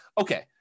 okay